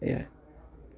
এয়াই